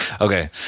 Okay